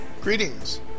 Greetings